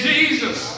Jesus